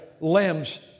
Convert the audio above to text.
limbs